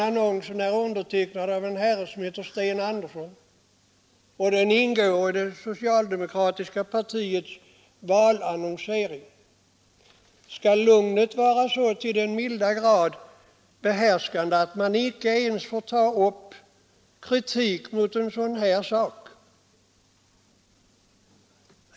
Annonsen är undertecknad av en herre som heter Sten Andersson, och den ingår i det socialdemokratiska partiets valannonsering. Skall lugnet vara så till den milda grad förhärskande att man icke ens får ta upp kritik mot en sådan här sak!